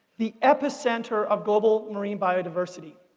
the epicenter of global marine biodiversity.